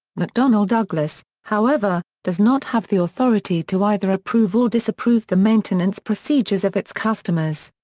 mcdonnell-douglas, however, does not have the authority to either approve or disapprove the maintenance procedures of its customers.